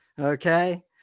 okay